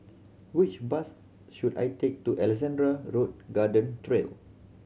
which bus should I take to Alexandra Road Garden Trail